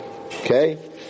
Okay